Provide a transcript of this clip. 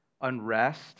unrest